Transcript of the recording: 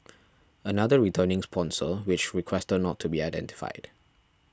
another returning sponsor which requested not to be identified